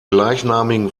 gleichnamigen